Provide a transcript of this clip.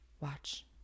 Watch